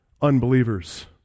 unbelievers